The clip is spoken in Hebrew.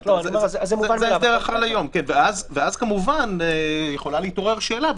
אז כמובן יכולה להתעורר שאלה,